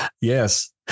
Yes